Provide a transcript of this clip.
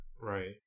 Right